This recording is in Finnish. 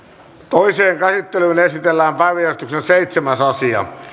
toiseen käsittelyyn esitellään päiväjärjestyksen seitsemäs asia